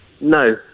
No